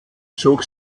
zog